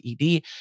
ED